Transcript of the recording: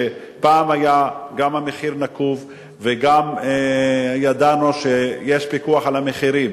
שפעם היה גם המחיר נקוב וגם ידענו שיש פיקוח על המחירים.